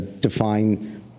define